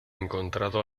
encontrado